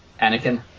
Anakin